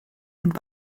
und